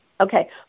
okay